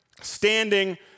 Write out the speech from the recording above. standing